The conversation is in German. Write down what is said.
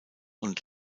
und